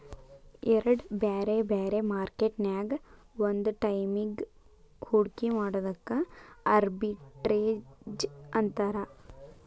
ಎರಡ್ ಬ್ಯಾರೆ ಬ್ಯಾರೆ ಮಾರ್ಕೆಟ್ ನ್ಯಾಗ್ ಒಂದ ಟೈಮಿಗ್ ಹೂಡ್ಕಿ ಮಾಡೊದಕ್ಕ ಆರ್ಬಿಟ್ರೇಜ್ ಅಂತಾರ